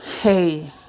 Hey